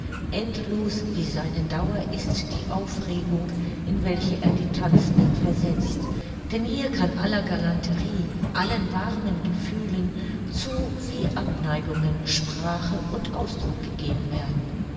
endlos wie seine dauer ist die aufregung in welche er die tanzenden versetzt denn hier kann aller galanterie allen warmen gefühlen zu wie abneigungen sprache und ausdruck gegeben werden